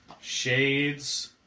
Shades